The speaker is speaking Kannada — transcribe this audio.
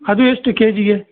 ಅದು ಎಷ್ಟು ಕೆ ಜಿಗೆ